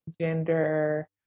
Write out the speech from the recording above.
gender